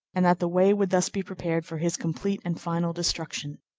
and that the way would thus be prepared for his complete and final destruction.